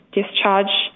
discharge